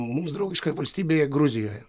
mums draugiškoje valstybėje gruzijoje